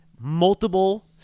Multiple